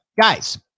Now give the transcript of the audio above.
guys